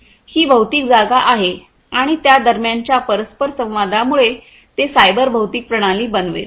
ही भौतिक जागा आहे आणि त्या दरम्यानच्या परस्परसंवादामुळे ते सायबर भौतिक प्रणाली बनवेल